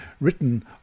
written